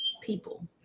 people